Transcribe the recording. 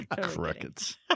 Crickets